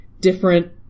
different